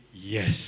yes